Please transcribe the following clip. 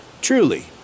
truly